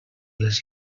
les